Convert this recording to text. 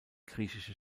griechische